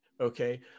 Okay